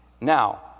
Now